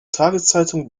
tageszeitung